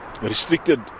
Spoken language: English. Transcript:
restricted